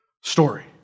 story